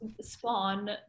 spawn